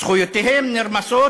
זכויותיהם נרמסות.